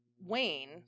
wayne